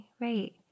Right